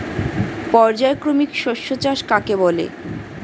পর্যায়ক্রমিক শস্য চাষ কাকে বলে?